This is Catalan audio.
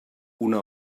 una